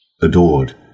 adored